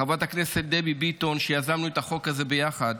חברת הכנסת דבי ביטון, שיזמנו את החוק הזה ביחד,